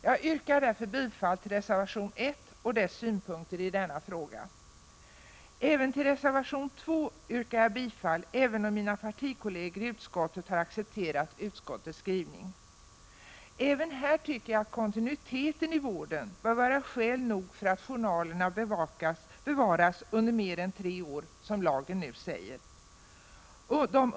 Jag yrkar därför bifall till reservation 1 och de synpunkter i denna fråga som framförs där. Vidare yrkar jag bifall till reservation 2 även om mina partikolleger i utskottet har accepterat utskottets skrivning. Också här tycker jag att kontinuiteten i vården bör vara skäl nog för att journalerna skall bevaras under mer än tre år, som lagen nu säger.